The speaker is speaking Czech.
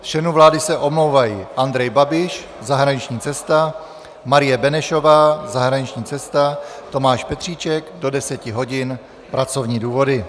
Z členů vlády se omlouvají Andrej Babiš zahraniční cesta, Marie Benešová zahraniční cesta, Tomáš Petříček do 10 hodin pracovní důvody.